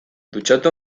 dutxatu